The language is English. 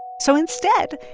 so instead,